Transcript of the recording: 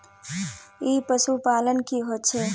ई पशुपालन की होचे?